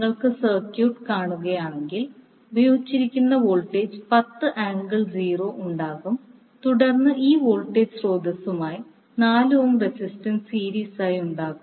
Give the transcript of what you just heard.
നിങ്ങൾ സർക്യൂട്ട് കാണുകയാണെങ്കിൽ പ്രയോഗിച്ചിരിക്കുന്ന വോൾട്ടേജ് 10 ആംഗിൾ 0 ഉണ്ടാകും തുടർന്ന് ഈ വോൾട്ടേജ് സ്രോതസ്സുമായി 4 ഓം റെസിസ്റ്റൻസ് സീരീസ് ആയി ഉണ്ടാകും